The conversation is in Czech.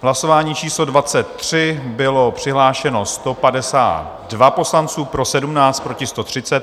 V hlasování číslo 23 bylo přihlášeno 152 poslanců, pro 17, proti 130.